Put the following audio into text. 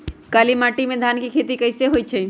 काली माटी में धान के खेती कईसे होइ छइ?